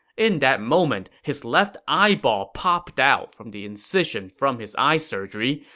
in that moment, his left eyeball popped out from the incision from his eye surgery,